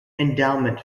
endowment